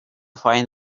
find